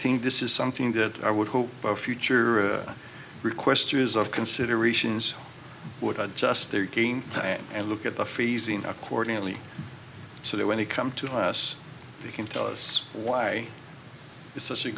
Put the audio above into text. think this is something that i would hope for future requests to use of considerations would i just thirteen and look at the freezing accordingly so that when they come to us they can tell us why is such a